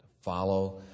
follow